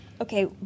Okay